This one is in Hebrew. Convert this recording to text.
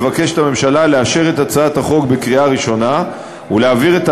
הממשלה מבקשת לאשר את הצעת החוק בקריאה ראשונה ולהעביר אותה